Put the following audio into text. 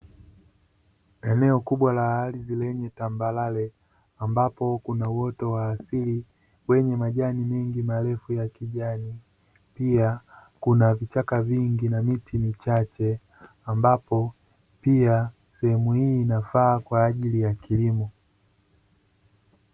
Eneo kubwa la ardhi lenye tambarare ambapo kuna uoto wa asili wenye majani mengi marefu ya kijani, pia kuna vichaka vingi na miti michache ambapo pia sehemu hii inafaa kwa ajili ya kilimo.